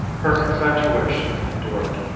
her infatuation endured.